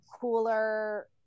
cooler